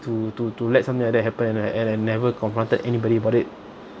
to to to let something like that happen and I and I never confronted anybody about it